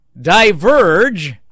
diverge